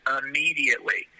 immediately